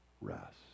rest